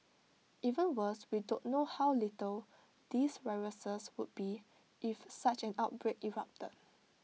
even worse we don't know how lethal these viruses would be if such an outbreak erupted